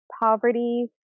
poverty